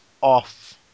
off